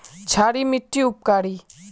क्षारी मिट्टी उपकारी?